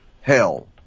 hell